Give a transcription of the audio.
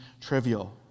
trivial